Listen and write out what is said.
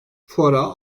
fuara